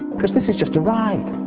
cause this is just a ride.